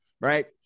right